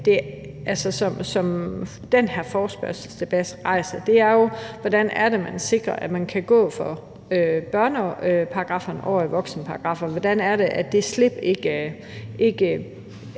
som den her forespørgselsdebat rejser, er jo, hvordan det sikres, at man kan gå fra børneparagrafferne og over i voksenparagrafferne. Hvordan kan det gøres, så det slip slet ikke